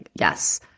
yes